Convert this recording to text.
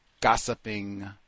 gossiping